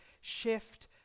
shift